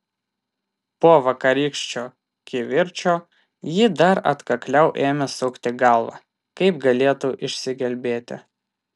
po vakarykščio kivirčo ji dar atkakliau ėmė sukti galvą kaip galėtų išsigelbėti